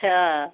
ହଁ